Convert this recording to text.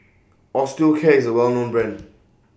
Osteocare IS A Well known Brand